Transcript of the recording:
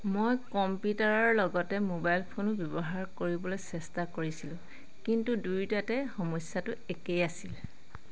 মই কম্পিউটাৰৰ লগতে মোবাইল ফোনো ব্যৱহাৰ কৰিবলৈ চেষ্টা কৰিছিলোঁ কিন্তু দুয়োটাতে সমস্যাটো একেই আছিল